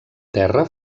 terra